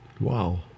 Wow